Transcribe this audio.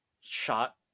Shot